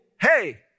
hey